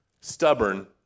Stubborn